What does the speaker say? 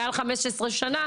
מעל 15 שנים,